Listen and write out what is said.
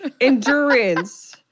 Endurance